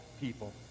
people